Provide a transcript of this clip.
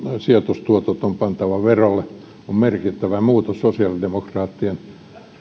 sijoitustuotot on pantava verolle on merkittävä muutos sosiaalidemokraattien